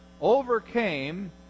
overcame